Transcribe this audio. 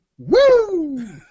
Woo